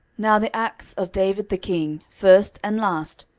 now the acts of david the king, first and last,